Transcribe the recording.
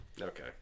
Okay